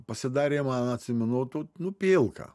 pasidarė man atsimenu nu pilka